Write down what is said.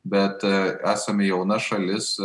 bet esame jauna šalis